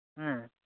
ᱦᱮᱸ